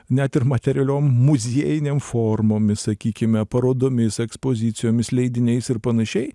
net ir materialiom muziejinėm formomis sakykime parodomis ekspozicijomis leidiniais ir panašiai